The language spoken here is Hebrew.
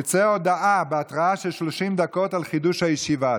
תצא הודעה בהתראה של 30 דקות על חידוש הישיבה.